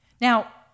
Now